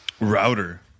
Router